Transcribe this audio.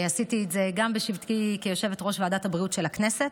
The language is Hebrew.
עשיתי את זה גם בשבתי כיושבת-ראש ועדת הבריאות של הכנסת.